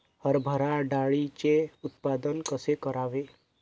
हरभरा डाळीचे उत्पादन कसे करावे?